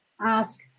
ask